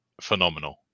phenomenal